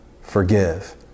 forgive